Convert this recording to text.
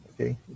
Okay